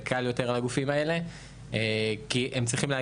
וקל יותר לגופים האלו כי הם צריכים גם